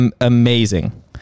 amazing